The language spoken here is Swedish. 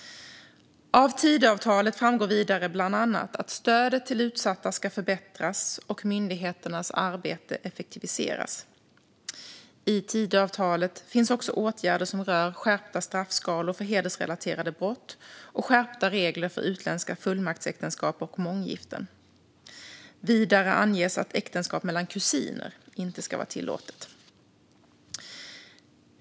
Av Tidöavtalet framgår vidare bland annat att stödet till utsatta ska förbättras och myndigheternas arbete effektiviseras. I Tidöavtalet finns också åtgärder som rör skärpta straffskalor för hedersrelaterade brott och skärpta regler för utländska fullmaktsäktenskap och månggiften. Vidare anges att äktenskap mellan kusiner inte ska vara tillåtet.